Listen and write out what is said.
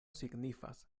signifas